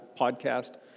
podcast